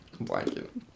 blanket